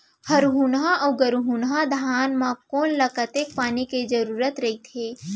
हरहुना अऊ गरहुना धान म कोन ला कतेक पानी के जरूरत रहिथे?